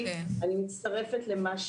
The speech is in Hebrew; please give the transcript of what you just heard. אנחנו כאן מברכים על התיקון.